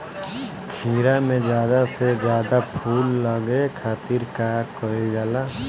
खीरा मे ज्यादा से ज्यादा फूल लगे खातीर का कईल जाला?